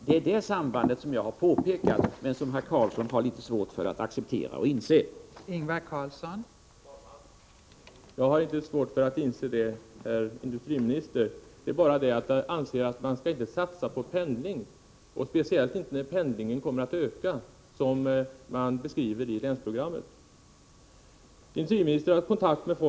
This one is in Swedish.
Det är det sambandet som jag har pekat på, men herr Karlsson har litet svårt att acceptera och inse det.